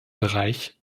bereich